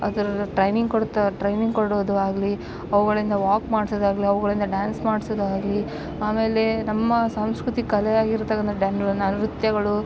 ಅದರ ಟ್ರೈನಿಂಗ್ ಕೊಡ್ತಾ ಟ್ರೈನಿಂಗ್ ಕೊಡೋದು ಆಗಲಿ ಅವುಗಳಿಂದ ವಾಕ್ ಮಾಡ್ಸೋದು ಆಗಲಿ ಅವುಗಳಿಂದ ಡ್ಯಾನ್ಸ್ ಮಾಡ್ಸೋದು ಆಗಲಿ ಆಮೇಲೆ ನಮ್ಮ ಸಂಸ್ಕೃತಿ ಕಲೆ ಆಗಿರ್ತಕ್ಕಂಥ ಡ್ಯಾನ್ ನೃತ್ಯಗಳು